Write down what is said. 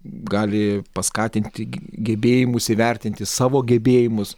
gali paskatinti gebėjimus įvertinti savo gebėjimus